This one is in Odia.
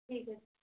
ଠିକ୍ ଅଛି